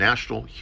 National